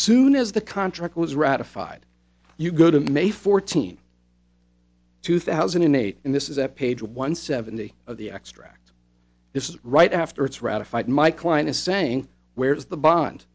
soon as the contract was ratified you go to may fourteenth two thousand and eight and this is at page one seventy of the extract this is right after it's ratified my client is saying where is the bond